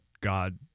God